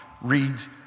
reads